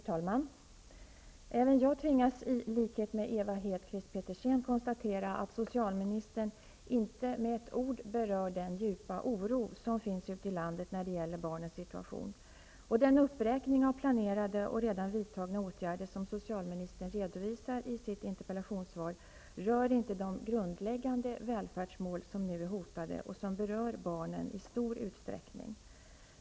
Herr talman! Även jag tvingas i likhet med Ewa Hedkvist Petersen konstatera att socialministern inte med ett ord berör den djupa oro som finns ute i landet när det gäller barnens situation. Den uppräkning av planerade och redan vidtagna åtgärder som socialministern gör i sitt interpellationssvar rör inte de grundläggande välfärdsmål som nu är hotade och som i stor utsträckning berör barnen.